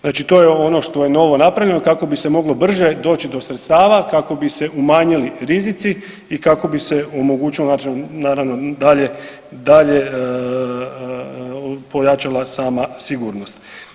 Znači to je ono što je novo napravljeno kako bi se moglo brže doći do sredstava kako bi se umanjili rizici i kako bi se omogućilo naravno dalje, dalje pojačala sama sigurnost.